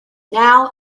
now